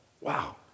Wow